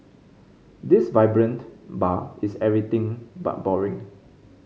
this vibrant bar is everything but boring